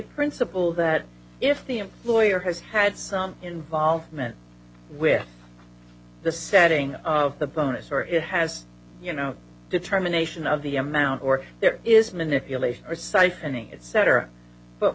principle that if the employer has had some involvement with the setting of the bonus or it has you know determination of the amount or there is manipulation